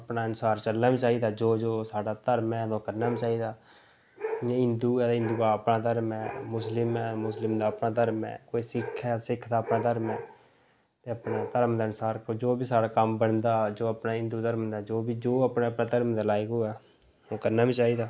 ते अपने अनुसार चलना बी चाहिदा जो जो साढ़ा धर्म ऐ ओह् करना बी चाहिदा नीं हिंदु ऐ ते हिंदुआ अपना धर्म ऐ मुस्लिम ऐ ते मुस्लिम दा अपना धर्म ऐ कोई सिक्ख ऐ ते सिक्ख दा अपना धर्म ऐ जो बी अपने धर्म दे अनुसार जो बी अपना कम्म बनदा जि'यां हिंदु दे अनुसार जो बी अपने दे धर्म दे लायक होऐ ओह् करना बी चाहिदा